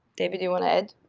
david, you want to add?